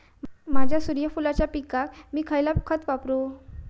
माझ्या सूर्यफुलाच्या पिकाक मी खयला खत वापरू?